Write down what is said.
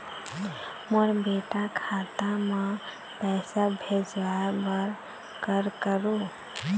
मोर बेटा खाता मा पैसा भेजवाए बर कर करों?